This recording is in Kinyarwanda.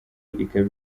ikaba